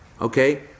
okay